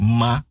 ma